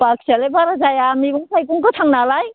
बाखियालाय बारा जाया मैगं थाइगं गोथां नालाय